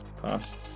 Pass